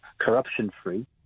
corruption-free